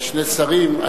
שני שרים.